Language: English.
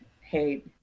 hey